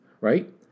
right